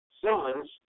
sons